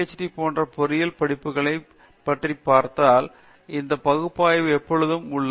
D போன்ற பொறியியல் பட்டப்படிப்புகளைப் பற்றிப் பார்த்தால் இந்த பகுத்தறிவு எப்பொழுதும் உள்ளது